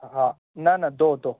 हा न न दो दो